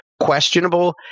questionable